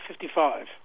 55